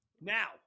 Now